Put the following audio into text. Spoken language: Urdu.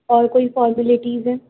اور کوئی فارمیلٹیز ہیں